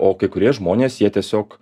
o kai kurie žmonės jie tiesiog